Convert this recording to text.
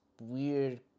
weird